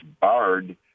barred